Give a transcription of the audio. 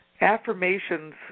Affirmations